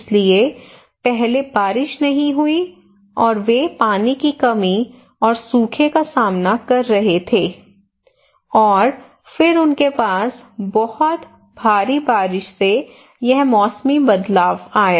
इसलिए पहले बारिश नहीं हुई और वे पानी की कमी और सूखे का सामना कर रहे थे और फिर उनके पास बहुत भारी बारिश से यह मौसमी बदलाव आया